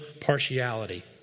partiality